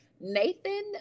Nathan